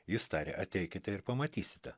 jis tarė ateikite ir pamatysite